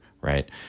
right